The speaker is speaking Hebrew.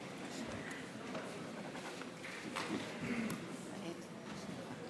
(חותם על ההצהרה) חבר הכנסת